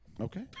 okay